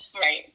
Right